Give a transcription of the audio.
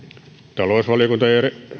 talousvaliokunta